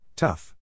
Tough